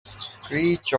screech